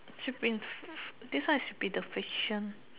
should been f~ this one should be the fiction